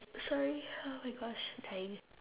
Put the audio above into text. sorry oh my gosh dying